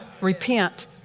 Repent